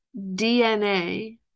DNA